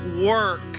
work